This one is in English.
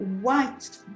white